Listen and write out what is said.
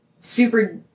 super